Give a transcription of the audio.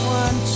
one